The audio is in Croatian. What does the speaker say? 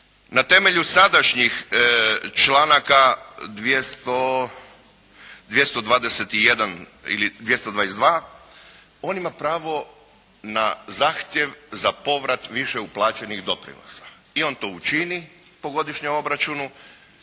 Na temelju sadašnjih članaka 221. ili 222. on ima pravo na zahtjev za povrat više uplaćenih doprinosa i on to učini po godišnjem obračunu